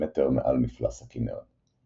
מטר מעל מפלס הכנרת.